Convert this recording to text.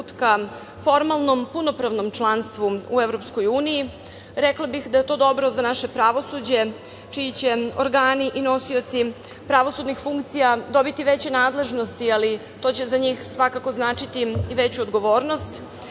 formalnom punopravnom članstvu u EU, rekla bih da je to dobro za naše pravosuđe, čiji će organi i nosioci pravosudnih funkcija dobiti veće nadležnosti, ali to će za njih svakako značiti i veću odgovornost. Rekla